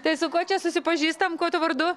tai su kuo čia susipažįstam ko tu vardu